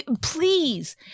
please